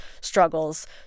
struggles